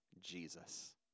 Jesus